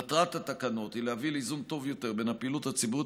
מטרת התקנות היא להביא לאיזון טוב יותר בין הפעילות הציבורית